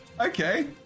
Okay